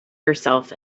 yourself